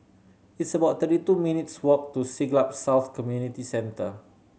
it's about thirty two minutes' walk to Siglap South Community Centre